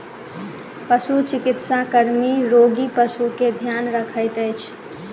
पशुचिकित्सा कर्मी रोगी पशु के ध्यान रखैत अछि